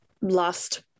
last